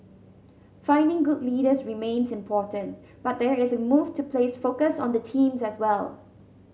finding good leaders remains important but there is a move to place focus on the team as well